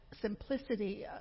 simplicity